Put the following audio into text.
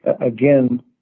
again